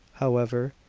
however,